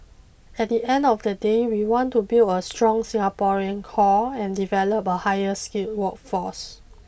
at the end of the day we want to build a strong Singaporean core and develop a higher skilled workforce